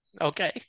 Okay